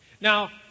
Now